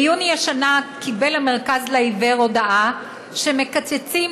ביוני השנה קיבל המרכז לעיוור הודעה שמקצצים